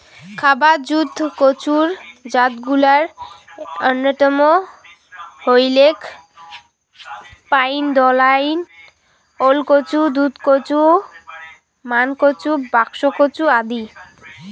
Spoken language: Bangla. খাবার জুত কচুর জাতগুলার অইন্যতম হইলেক পাইদনাইল, ওলকচু, দুধকচু, মানকচু, বাক্সকচু আদি